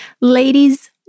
ladies